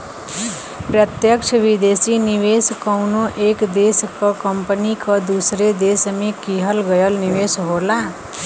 प्रत्यक्ष विदेशी निवेश कउनो एक देश क कंपनी क दूसरे देश में किहल गयल निवेश होला